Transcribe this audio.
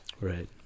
Right